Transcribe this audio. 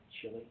chili